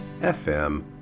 FM